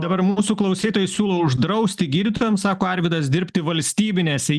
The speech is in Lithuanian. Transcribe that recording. dabar mūsų klausytojai siūlo uždrausti gydytojams sako arvydas dirbti valstybinėse